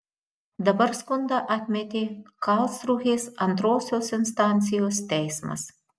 dabar skundą atmetė karlsrūhės antrosios instancijos teismas